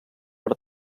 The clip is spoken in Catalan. per